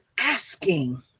asking